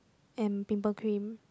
and pimple cream